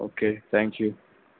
okay thank you